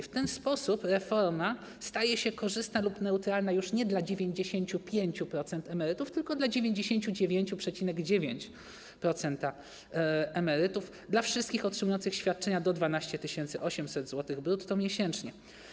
W ten sposób reforma staje się korzystna lub neutralna już nie dla 95% emerytów, tylko dla 99,9% emerytów, dla wszystkich otrzymujących świadczenia do 12 800 zł brutto miesięcznie.